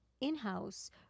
in-house